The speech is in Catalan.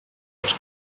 els